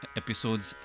episodes